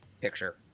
picture